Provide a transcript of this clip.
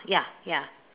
ya ya